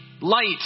light